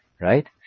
Right